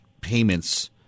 payments